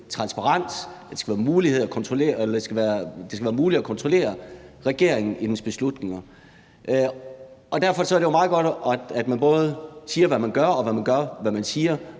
transparens, og at det skal være muligt at kontrollere regeringen og dens beslutninger. Derfor er det jo meget godt, at man både siger, hvad man gør, og gør, hvad man siger,